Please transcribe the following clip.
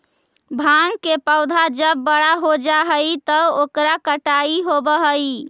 भाँग के पौधा जब बड़ा हो जा हई त ओकर कटाई होवऽ हई